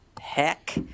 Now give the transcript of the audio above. heck